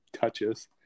touches